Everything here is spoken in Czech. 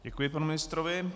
Děkuji panu ministrovi.